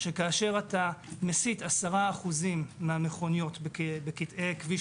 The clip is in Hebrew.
שכאשר אתה מסיט 10% מהמכוניות בקטעי כביש